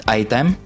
item